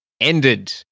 ended